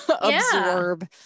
absorb